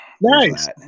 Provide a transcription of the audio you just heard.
Nice